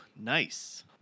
Nice